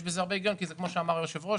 יש בזה הרבה הגיון כי כמו שאמר היושב ראש,